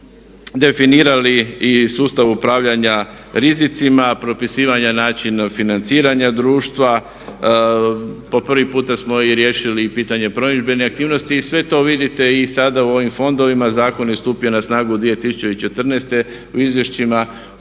definirali i sustav upravljanja rizicima, propisivanja načina financiranja društva. Po prvi puta smo i riješili pitanje promidžbene aktivnosti i sve to vidite i sada u ovim fondovima, zakon je stupio na snagu 2014., u izvješćima